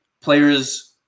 players